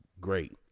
great